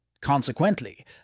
Consequently